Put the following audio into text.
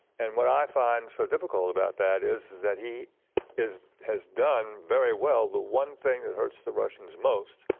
and what i find so difficult about that is, is that he is has done very well the one thing that hurts the russians most,